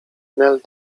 nel